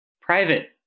private